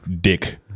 dick